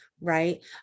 right